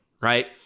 right